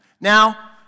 Now